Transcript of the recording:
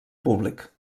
públic